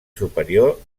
superior